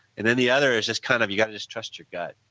and then the other is just kind of you got to just trust your gut,